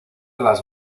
las